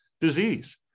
disease